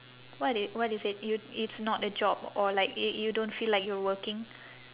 what i~ what they say you it's not a job or like you you don't feel like you're working